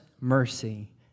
mercy